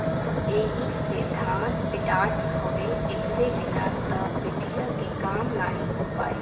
एही से धान पिटात हउवे एकरे बिना त पिटिया के काम नाहीं हो पाई